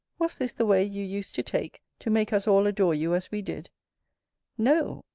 was this the way you used to take to make us all adore you as we did no,